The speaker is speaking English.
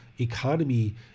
economy